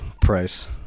price